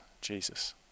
Jesus